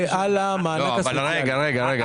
ועל המענק הסוציאלי.